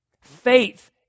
Faith